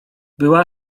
była